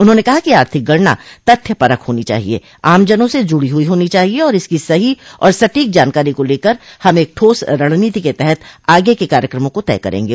उन्होंने कहा कि आर्थिक गणना तथ्यपरक होनी चाहिये आमजनों से जुडो हुई होनी चाहिये और इसकी सही और सटीक जानकारी को लेकर हम एक ठोस रणनीति के तहत आगे के कार्यक्रमों को तय करेंगे